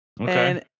Okay